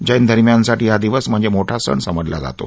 जैन धर्मियांसाठी हा दिवस म्हणजमीठा सण समजला जातो